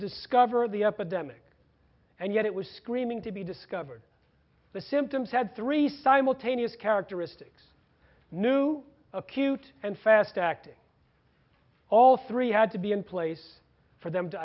discover the epidemic and yet it was screaming to be discovered the symptoms had three simultaneous characteristics new acute and fast acting all three had to be in place for them to